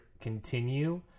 continue